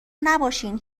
نباشین